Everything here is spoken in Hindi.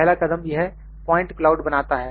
पहला कदम यह प्वाइंट क्लाउड बनाता है